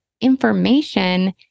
information